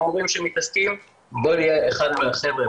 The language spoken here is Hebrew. או מורים שמתעסקים בלהיות אחד מהחבר'ה,